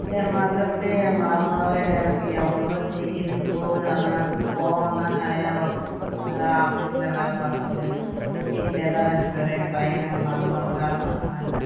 என் மற்றபடி என் மருமக எனக்கு எவ்வளவோ செய்யுது போகுது ஆனால் அதுக்கு கோபந்தான் நிறையா வரும் அது ஆஃபீஸ்சில் வேலை பார்க்குது வீட்டிலேதான் ரெண்டு பேரும் என் பையனும் என் மருமகளும் வேலை பார்க்குறாங்க